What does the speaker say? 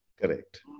correct